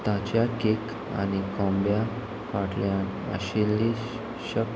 ताच्या केक आनी कोंब्या फाटल्यान आशिल्ली शक्त